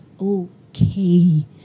okay